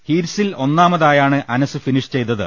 ഹീറ്റ്സിൽ ഒന്നാമതായാണ് അനസ് ഫിനിഷ് ചെയ്തത്